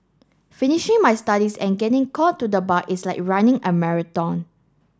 finishing my studies and getting called to the bar is like running a marathon